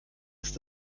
ist